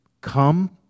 Come